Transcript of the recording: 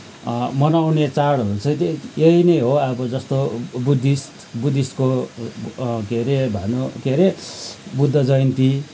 मनाउने चाडहरू चाहिँ यही नै हो अब जस्तो बुद्धिस्ट बुद्धिस्टको के अरे भानु के अरे बुद्ध जयन्ती